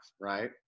Right